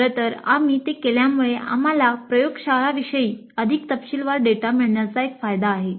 खरं तर आम्ही ते केल्यामुळे आम्हाला प्रयोगशाळांविषयी अधिक तपशीलवार डेटा मिळण्याचा एक फायदा आहे